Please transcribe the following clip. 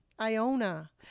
Iona